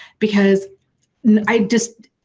because and i just.